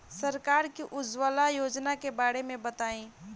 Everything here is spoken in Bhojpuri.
सरकार के उज्जवला योजना के बारे में बताईं?